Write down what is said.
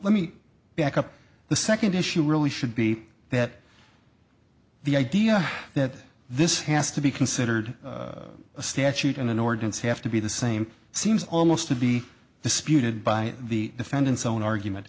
let me back up the second issue really should be that the idea that this has to be considered a statute and an ordinance have to be the same seems almost to be disputed by the defendant's own argument